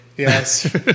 Yes